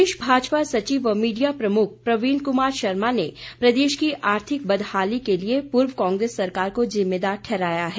प्रदेश भाजपा सचिव व मीडिया प्रमुख प्रवीण कुमार शर्मा ने प्रदेश की आर्थिक बदहाली के लिए पूर्व कांग्रेस सरकार को जिम्मेदार ठहराया है